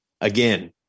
again